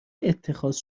اتخاذ